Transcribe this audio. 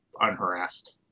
unharassed